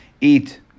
eat